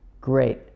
Great